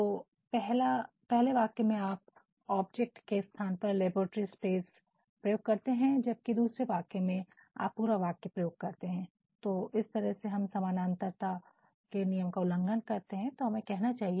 तो पहले वाक्य में आप ऑब्जेक्ट के स्थान परलेबोरेटरी स्पेस प्रयोग करते हैं जबकि दूसरे वाक्य में आप पूरा वाक्य प्रयोग करते हैं तो इस तरह से हम समानांतरता के नियम का उल्लंघन करते हैं तो हमें कहना चाहिए